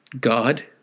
god